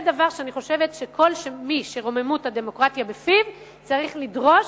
אני חושבת שכל מי שרוממות הדמוקרטיה בפיו צריך לדרוש